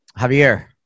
Javier